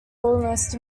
almost